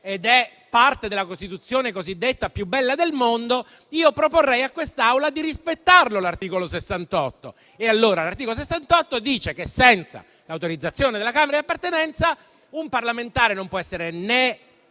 68 è parte della Costituzione cosiddetta più bella del mondo, io proporrei a quest'Aula di rispettare l'articolo 68. L'articolo 68 dice che, senza l'autorizzazione della Camera di appartenenza, un parlamentare non può essere né